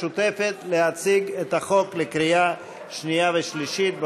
המשותפת, להציג את החוק לקריאה שנייה ושלישית.